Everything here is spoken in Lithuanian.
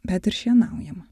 bet ir šienaujama